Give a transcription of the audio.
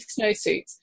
snowsuits